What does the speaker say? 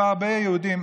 היו הרבה יהודים,